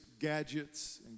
gadgets